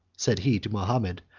said he to mahomet,